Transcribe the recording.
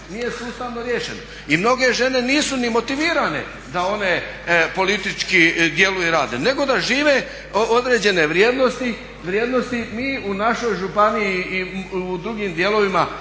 nije sustavno riješeno i mnoge žene nisu ni motivirane da one politički djeluju i rade, nego da žive određene vrijednosti. Mi u našoj županiji i u drugim dijelovima